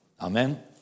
Amen